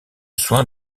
soin